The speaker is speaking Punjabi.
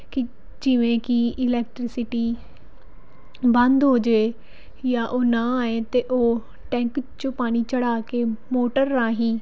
ਕਿ ਜਿਵੇਂ ਕਿ ਇਲੈਕਟ੍ਰੀਸਿਟੀ ਬੰਦ ਹੋ ਜੇ ਜਾਂ ਉਹ ਨਾ ਆਏ ਅਤੇ ਉਹ ਟੈਂਕ 'ਚੋਂ ਪਾਣੀ ਚੜ੍ਹਾ ਕੇ ਮੋਟਰ ਰਾਹੀਂ